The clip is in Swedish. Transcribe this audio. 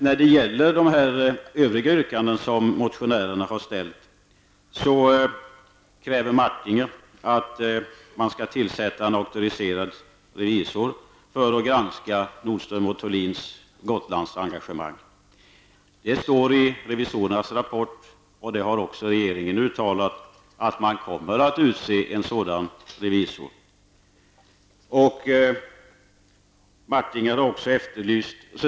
När det gäller de övriga yrkanden som motionärerna har avgett så kräver Jerry Martinger att man skall tillsätta en auktoriserad revisor för att granska Nordström & Thulins Gotlandsengagemang. Det står i revisorernas rapport, och det har även regeringen uttalat, att man kommer att utse en sådan revisor.